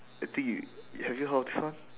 I think you have you heard of this one